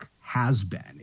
has-been